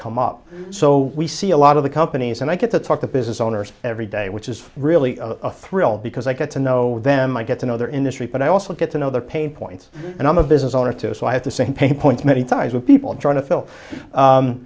come up so we see a lot of the companies and i get to talk to business owners every day which is really a thrill because i get to know them i get to know their industry but i also get to know their pain points and i'm a business owner too so i have the same pain point many times with people trying to fill